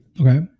Okay